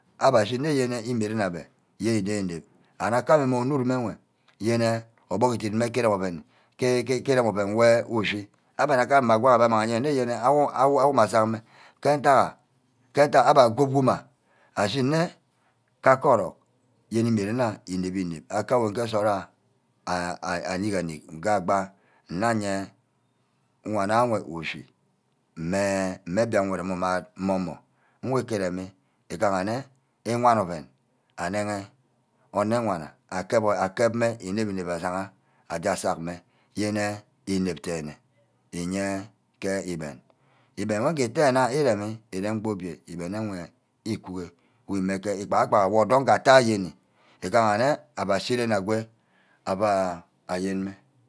. abbe ohineh yene ime-ren abbe yene inep-inep and akak mme onurum enwe, yene orbuck idit mme ke irem ouen, ke irem ouen weh ushi abbe nagaha ane nneyene awor, awor mme asai mme ke ntagha ke ntagha abe agub wuna ashinne kake orock yene imeren worna inep-inep, ke awor ke nsort awor anick anick gbe nneye wan ayo ushee mme mbiang udumu umad mor-mor, wor ikereme igaha nne, iwan ouen anaghe onor wana akep mme inep-inep ashia aje asag mme yene inep-dene iye ke iben, igben wor iteh nnah irenni, ireme gba obio igben enwe ikwhe imege igba-igba wor itte ayeni, igaha nne aua shi ren agwe aua ayen-mme